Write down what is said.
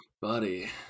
buddy